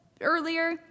earlier